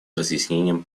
разъяснением